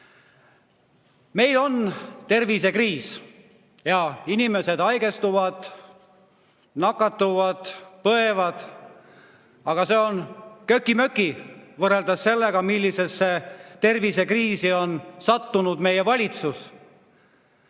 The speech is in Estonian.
Meil on tervisekriis ja inimesed haigestuvad, nakatuvad, põevad. Aga see on köki-möki võrreldes sellega, millisesse tervisekriisi on sattunud meie valitsus.